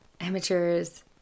amateurs